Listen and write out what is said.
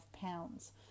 pounds